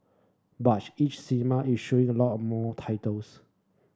but each cinema is showing a lot more titles